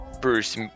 Bruce